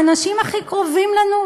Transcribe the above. האנשים הכי קרובים לנו,